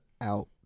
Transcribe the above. out